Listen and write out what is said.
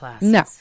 No